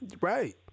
Right